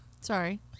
Sorry